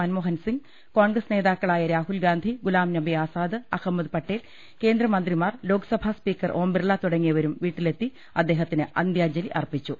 മൻമോഹൻ സിംഗ് കോൺഗ്രസ് നേതാക്കളായ രാഹുൽ ഗാന്ധി ഗുലാംനബി ആസാദ് അഹമ്മദ് പട്ടേൽ കേന്ദ്രമന്ത്രി മാർ ലോക്സഭാ സ്പീക്കർ ഓംബിർള തുടങ്ങിയവരും വീട്ടി ലെത്തി അദ്ദേഹത്തിന് അന്ത്യാഞ്ജലി അർപ്പിച്ചു